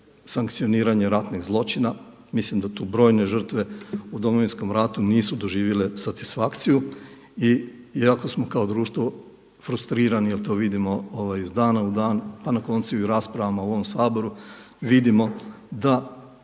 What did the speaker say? sankcioniranje ratnih zločina. Mislim da tu brojne žrtve u Domovinskom ratu nisu doživjele satisfakciju. I iako smo kao društvo frustrirani jel to vidimo iz dana u dan, a na koncu i u raspravama u ovom Saboru, vidimo da